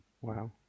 Wow